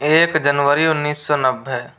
एक जनवरी उन्निस सौ नब्बे